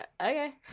okay